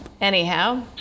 Anyhow